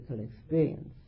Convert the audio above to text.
experience